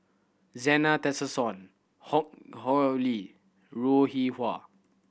Zena Tessensohn Hock Ho Lee Loo Rih Hwa